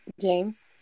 James